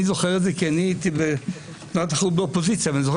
אני זוכר את זה כי אני הייתי באופוזיציה ואני זוכר